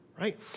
right